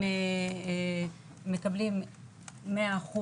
הם מקבלים 100%,